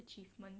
achievements